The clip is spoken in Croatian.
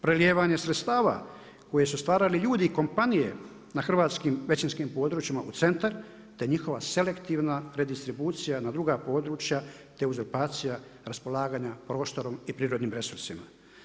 Prelijevanje sredstava koje su stvarali ljudi i kompanije na hrvatskim većinskim područjima u centar te njihova selektivna redistribucija na druga područja te uzurpacija raspolaganja prostorom i prirodnim resursima.